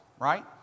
Right